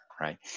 Right